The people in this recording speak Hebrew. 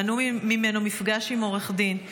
מנעו ממנו מפגש עם עורך דין.